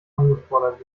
angefordert